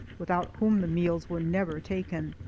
without whom the meals were never taken.